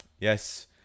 Yes